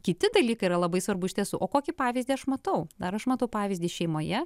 kiti dalykai yra labai svarbu iš tiesų o kokį pavyzdį aš matau ar aš matau pavyzdį šeimoje